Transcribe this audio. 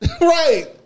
Right